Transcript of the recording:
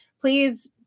please